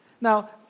Now